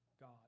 God